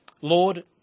Lord